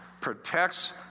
protects